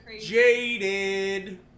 Jaded